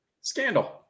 Scandal